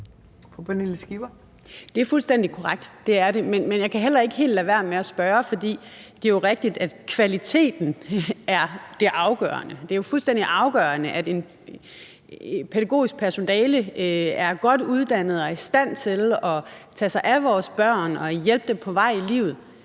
Det er fuldstændig korrekt. Det er det. Men jeg kan heller ikke helt lade være med at spørge om det. Det er rigtigt, at kvaliteten er det afgørende. Det er jo fuldstændig afgørende, at det pædagogiske personale er godt uddannet og er i stand til at tage sig af vores børn og hjælpe dem på vej i livet,